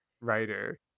writer